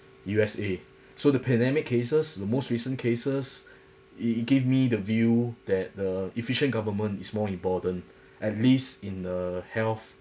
U_S_A so the pandemic cases the most recent cases it it gave me the view that the efficient government is more important at least in the health